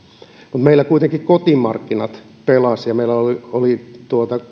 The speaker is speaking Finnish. että meillä kuitenkin kotimarkkinat pelasivat ja meillä oli